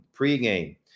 pregame